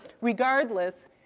Regardless